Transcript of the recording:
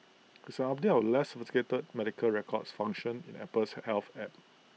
it's an update of A less sophisticated medical records function in Apple's health app